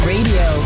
Radio